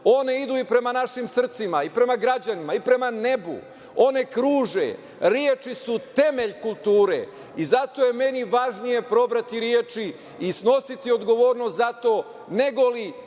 one idu i prema našim srcima i prema građanima i prema nebu, one kruže. Reči su temelj kulture i zato je meni važnije probrati reči i snositi odgovornost za to nego li